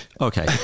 Okay